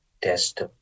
test